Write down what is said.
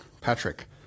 Patrick